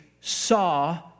saw